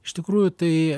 iš tikrųjų tai